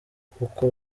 uko